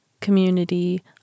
community